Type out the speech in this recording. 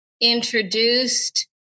introduced